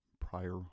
prior